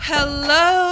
Hello